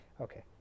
Okay